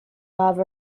love